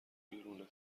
بیرونه